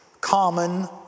Common